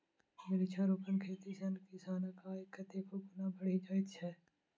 वृक्षारोपण खेती सॅ किसानक आय कतेको गुणा बढ़ि जाइत छै